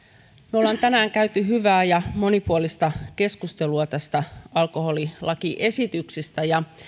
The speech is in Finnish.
olemme tänään käyneet hyvää ja monipuolista keskustelua tästä alkoholilakiesityksestä ainakin